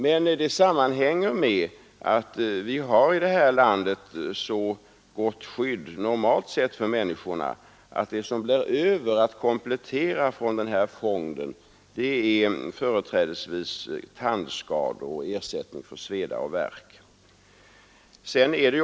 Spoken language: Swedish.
Men det sammanhänger med att vi i vårt land normalt har ett så gott skydd för människorna att det som återstår för komplettering genom denna fond företrädesvis är ersättning för tandskador och för sveda och värk.